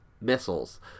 missiles